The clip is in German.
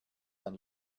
ein